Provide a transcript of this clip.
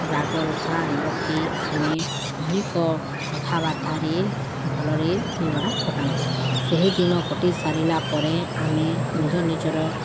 ରାଗ ଋଷା ନରଖି ଆମେ ଅନେକ କଥାବାର୍ତ୍ତାରେ ଭଲରେ ଦିନଟା କଟାନ୍ତୁ ସେହି ଦିନ କଟି ସାରିଲା ପରେ ଆମେ ନିଜ ନିଜର